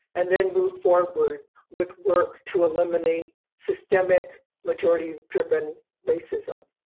and then move forward with work to eliminate systemic majority driven racism?